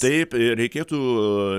taip reikėtų